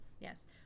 Yes